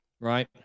right